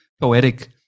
poetic